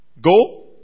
Go